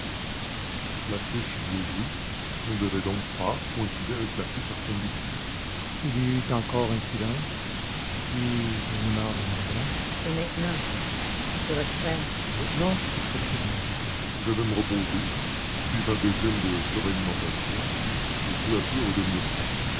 baudru ne devait donc pas coïncider avec la fiche arsène lupin il y eut encore un silence puis ganimard demanda et maintenant qu'allez-vous faire maintenant s'exclama lupin je vais me reposer suivre un régime de suralimentation et peu à peu redevenir moi